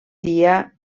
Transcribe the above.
dia